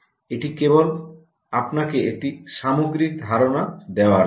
এটি কেবল আপনাকে একটি সামগ্রিক ধারণা দেওয়ার জন্য